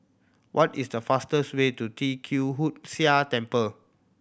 what is the fastest way to Tee Kwee Hood Sia Temple